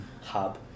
hub